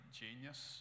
genius